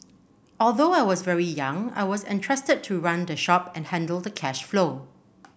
although I was very young I was entrusted to run the shop and handle the cash flow